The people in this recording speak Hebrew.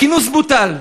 הכינוס בוטל.